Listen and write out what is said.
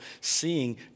seeing